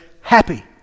happy